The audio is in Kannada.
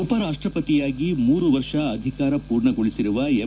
ಉಪ ರಾಷ್ಟಪತಿಯಾಗಿ ಮೂರು ವರ್ಷ ಅಧಿಕಾರ ಪೂರ್ಣಗೊಳಿಸಿರುವ ಎಂ